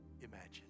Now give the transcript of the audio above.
imagine